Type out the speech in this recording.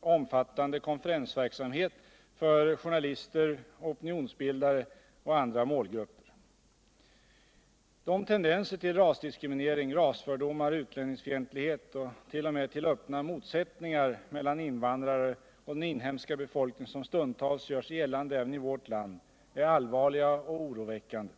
omfattande konferensverksamhet för journalister och opinionsbildare och andra målgrupper. De tendenser till rasdiskriminering, rasfördomar, utlänningsfientlighet och t.o.m. till öppna motsättningar mellan invandrare och den inhemska befolkningen som stundtals gör sig gällande även i vårt land är allvarliga och oroväckande.